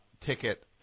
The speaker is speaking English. ticket